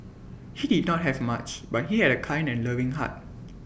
he did not have much but he had A kind and loving heart